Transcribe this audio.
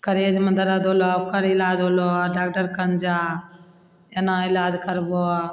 करेजमे दर्द होलऽ ओकर इलाज होलऽ डॉक्टर कन जा एना इलाज करबऽ